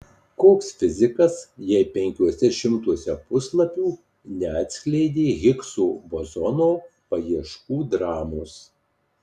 koks fizikas jei penkiuose šimtuose puslapių neatskleidei higso bozono paieškų dramos